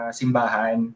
simbahan